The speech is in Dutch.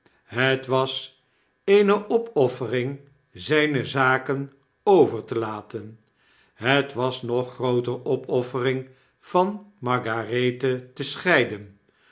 het was eene opoffering zyne zaken over te laten het was nog grooter opoffering van margarethe te scheiden